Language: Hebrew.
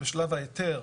בשלב ההיתר,